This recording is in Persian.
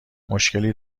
مشکلی